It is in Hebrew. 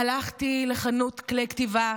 הלכתי לחנות כלי כתיבה,